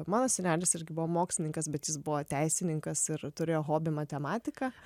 mano senelis irgi buvo mokslininkas bet jis buvo teisininkas ir turėjo hobį matematiką